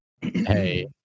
Hey